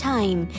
Time